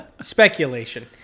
Speculation